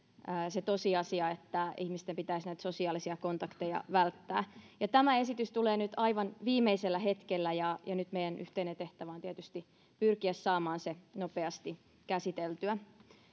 se tosiasia että ihmisten pitäisi näitä sosiaalisia kontakteja välttää tämä esitys tulee nyt aivan viimeisellä hetkellä ja ja nyt meidän yhteinen tehtävämme on tietysti pyrkiä saamaan se nopeasti käsiteltyä